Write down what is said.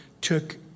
took